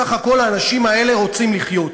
בסך הכול האנשים האלה רוצים לחיות.